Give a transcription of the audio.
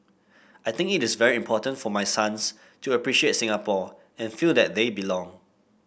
I think it is very important for my sons to appreciate Singapore and feel that they belong